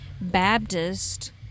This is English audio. Baptist